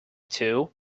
too